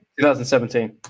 2017